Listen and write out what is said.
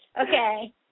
Okay